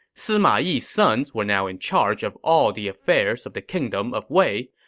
sima yi's sons were now in charge of all the affairs of the kingdom of wei,